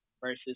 Versus